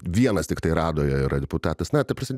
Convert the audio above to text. vienas tiktai radoje yra deputatas na ta prasme